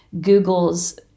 Google's